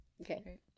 okay